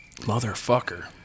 Motherfucker